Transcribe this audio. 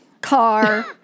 Car